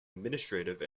administrative